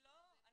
לא.